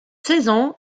saison